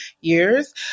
years